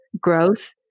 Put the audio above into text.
growth